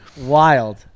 Wild